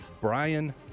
Brian